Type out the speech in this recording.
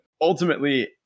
ultimately